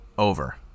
Over